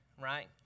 right